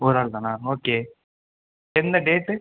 ஒரு ஆள் தானா ஓகே என்ன டேட்